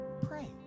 Pray